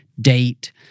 date